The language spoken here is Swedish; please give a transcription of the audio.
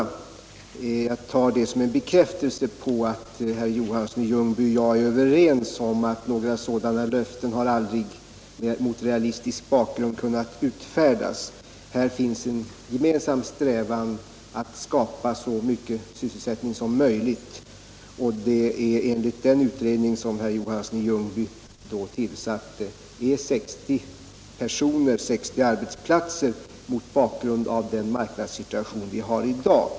Jag tar det som en bekräftelse på att herr Johansson i Ljungby och jag är överens om att något sådant löfte har aldrig mot någon realistisk bakgrund kunnat ges. Här finns en gemensam strävan att skapa så mycket sysselsättning som möjligt, och enligt den utredning som dåvarande industriministern Johansson tillsatte blir det 60 arbetsplatser med hänsyn till den marknadssituation som råder i dag.